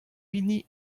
hini